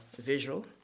visual